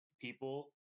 people